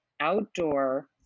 outdoor